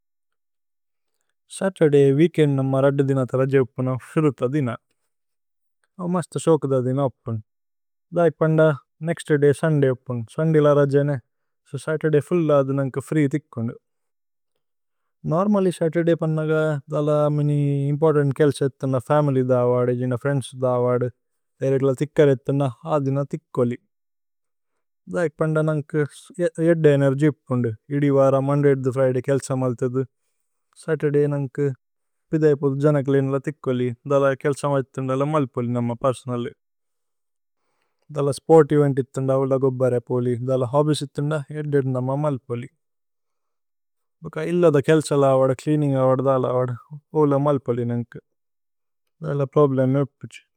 Saturday is the beginning of the weekend. It's a very busy day. Next day is Sunday. So, I have free time on Saturday. Normally, on Saturday, I have a lot of important work to do. I have to take care of my family, friends, etc. So, I have free time on that day. On Sunday, I have two days off. On Monday and Friday, I have work to do. On Saturday, I have a lot of work to do. So, I have a lot of personal work to do. I have a lot of sports events to attend. I have a lot of hobbies to do. I have a lot of work to do. I have a lot of cleaning to do. So, I have a lot of problems.